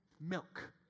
milk